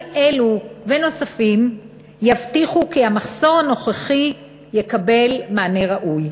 צעדים אלו ונוספים יבטיחו כי המחסור הנוכחי יקבל מענה ראוי.